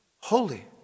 holy